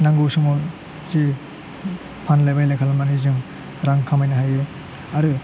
नांगौ समाव जे फानलाय बायलाय खालामनानै जों रां खामायनो हायो आरो